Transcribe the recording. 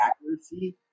accuracy